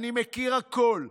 אני מכיר הכול,